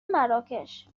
مراکش